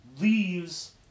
leaves